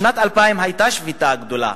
בשנת 2000 היתה שביתה גדולה